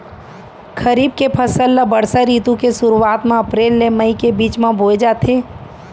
खरीफ के फसल ला बरसा रितु के सुरुवात मा अप्रेल ले मई के बीच मा बोए जाथे